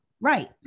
Right